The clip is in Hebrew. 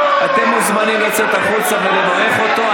אתם מוזמנים לצאת החוצה ולברך אותו,